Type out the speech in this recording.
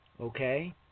okay